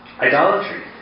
idolatry